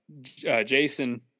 Jason